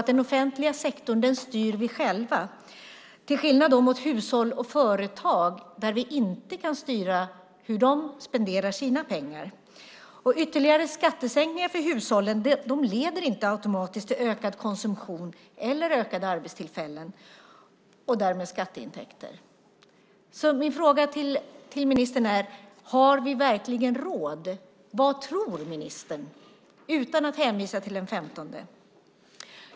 Den offentliga sektorn styr vi faktiskt själva till skillnad från hushåll och företag där vi inte kan styra hur pengarna spenderas. Ytterligare skattesänkningar för hushållen leder inte automatiskt till ökad konsumtion eller ett ökat antal arbetstillfällen och därmed skatteintäkter. Min fråga till ministern är alltså: Har vi verkligen råd? Vad tror ministern, utan att hänvisa till den 15 april?